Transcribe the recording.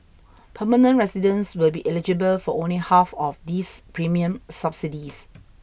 permanent residents will be eligible for only half of these premium subsidies